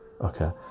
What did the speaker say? okay